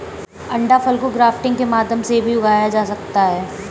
अंडाफल को ग्राफ्टिंग के माध्यम से भी उगाया जा सकता है